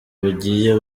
bugiye